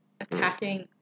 Attacking